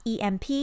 EMP